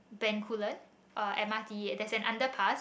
Bencoolen uh m_r_t there's an underpass